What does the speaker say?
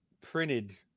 printed